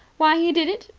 why he did it?